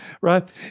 right